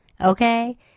Okay